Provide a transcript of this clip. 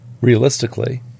Realistically